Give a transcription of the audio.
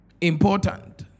Important